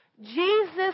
Jesus